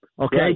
okay